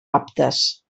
aptes